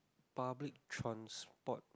public transport